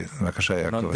בבקשה יעקב.